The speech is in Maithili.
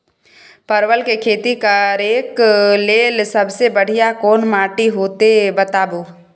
परवल के खेती करेक लैल सबसे बढ़िया कोन माटी होते बताबू?